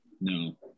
no